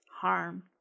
harm